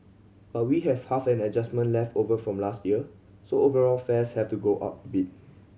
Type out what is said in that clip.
but we have half an adjustment left over from last year so overall fares have to go up bit